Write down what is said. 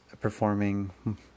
performing